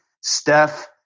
Steph